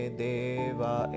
deva